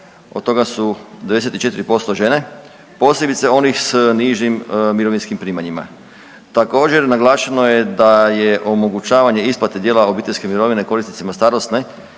od toga su 94% žene, posebice onih s nižim mirovinskim primanjima. Također naglašeno je da je omogućavanje isplate dijela obiteljske mirovine korisnicima starosne,